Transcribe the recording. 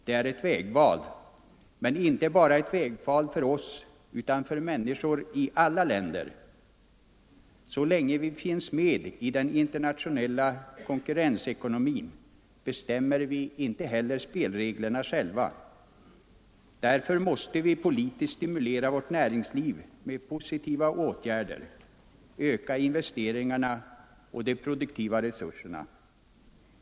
Det är ett vägval — men inte ett vägval bara för oss, utan för människor i alla länder. Så länge vi finns med i en internationell konkurrensekonomi bestämmer vi inte heller spelreglerna själva. Därför måste vi politiskt stimulera vårt näringsliv med positiva åtgärder samt öka investeringarna och de produktiva resurserna.